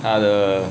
他的